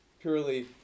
purely